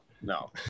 no